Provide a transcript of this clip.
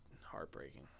heartbreaking